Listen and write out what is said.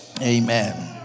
amen